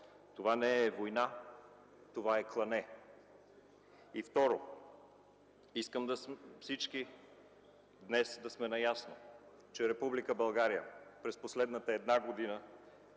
Това не е война, това е клане! Второ, искам всички да сме наясно, че Република Българя през последната една година